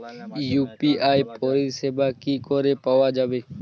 UPI পরিষেবা কি করে পাওয়া যাবে?